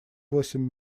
восемь